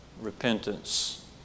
repentance